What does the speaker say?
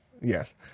Yes